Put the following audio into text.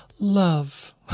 love